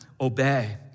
obey